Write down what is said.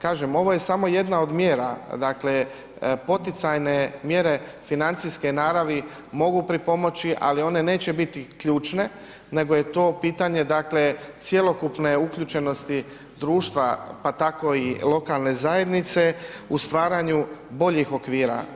Kažem ovo je samo jedna od mjera, dakle, poticajne mjere financijske naravni mogu pripomoći, ali one neće biti ključne, nego je to pitanje dakle, cjelokupne uključenosti društva, pa tako i lokalne zajednice u stvaranju boljih okvira.